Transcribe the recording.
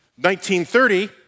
1930